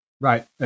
Right